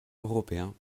européen